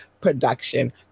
production